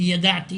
כי ידעתי